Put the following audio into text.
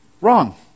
Wrong